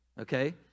Okay